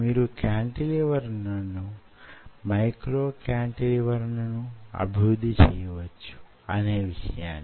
మీరు కాంటిలివర్లను micro cantilevers ను అభివృద్ధి చేయవచ్చు అనే విషయాన్ని